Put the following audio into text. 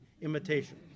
imitation